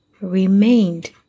remained